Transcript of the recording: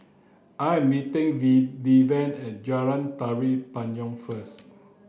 I am meeting D Deven at Jalan Tari Payong first